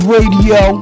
Radio